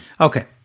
Okay